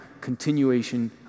continuation